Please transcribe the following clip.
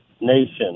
Nation